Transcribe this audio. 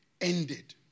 ended